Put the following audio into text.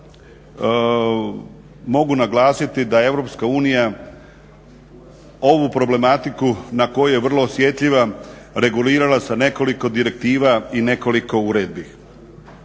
mogu naglasiti da Europska unija ovu problematiku na koju je vrlo osjetljiva regulirala sa nekoliko direktiva i nekoliko uredbi.